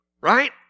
right